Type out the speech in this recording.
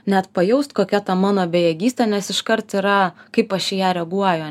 net pajaust kokia ta mano bejėgystė nes iškart yra kaip aš į ją reaguoju